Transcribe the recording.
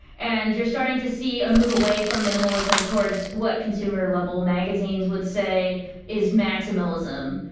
and you're starting to see a move away from minimalism towards what consumer level magazine would say is maximalism,